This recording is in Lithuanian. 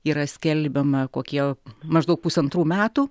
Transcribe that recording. yra skelbiama kokie maždaug pusantrų metų